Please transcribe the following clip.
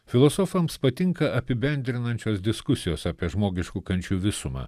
filosofams patinka apibendrinančios diskusijos apie žmogiškų kančių visumą